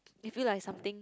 you feel like something